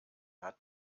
hat